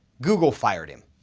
google fired him.